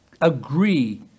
agree